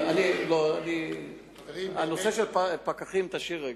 את הנושא של פקחים תשאיר רגע.